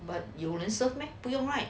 but 有人 serve meh 没有 right